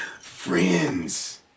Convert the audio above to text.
Friends